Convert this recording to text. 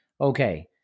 okay